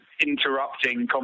interrupting